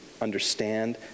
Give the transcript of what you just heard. understand